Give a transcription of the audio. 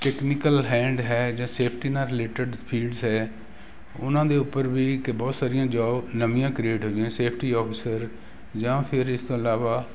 technical hand ਹੈ ਜਾਂ safety ਨਾਲ ਰਿਲੇਟਡ ਫੀਡਲਸ ਹੈ ਉਹਨਾਂ ਦੇ ਉੱਪਰ ਵੀ ਕਿ ਬਹੁਤ ਸਾਰੀਆਂ ਜੋਬ ਨਵੀਆਂ ਕ੍ਰੀਏਟ ਹੋ ਗਈਆਂ ਸੇਫਟੀ ਆਫਿਸਰ ਜਾਂ ਫਿਰ ਇਸ ਤੋਂ ਇਲਾਵਾ